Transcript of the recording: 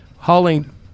Hauling